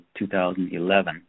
2011